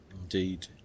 Indeed